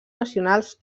nacionals